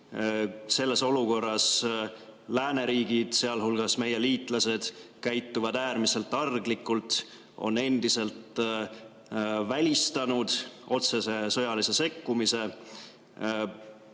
Selles olukorras käituvad lääneriigid, sealhulgas meie liitlased, äärmiselt arglikult, nad on endiselt välistanud otsese sõjalise sekkumise.